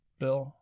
bill